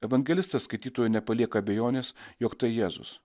evangelistas skaitytojui nepalieka abejonės jog tai jėzus